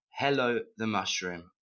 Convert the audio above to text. hellothemushroom